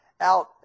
out